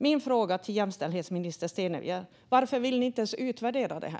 Min fråga till jämställdhetsminister Stenevi är: Varför vill ni inte ens utvärdera detta?